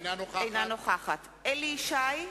אינה נוכחת אלי ישי,